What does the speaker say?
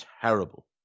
terrible